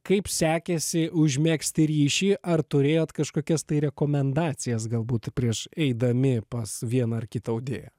kaip sekėsi užmegzti ryšį ar turėjot kažkokias rekomendacijas galbūt prieš eidami pas vieną ar kitą audėją